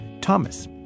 Thomas